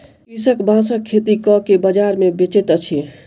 कृषक बांसक खेती कय के बाजार मे बेचैत अछि